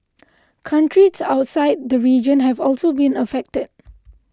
countries outside the region have also been affected